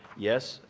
yes,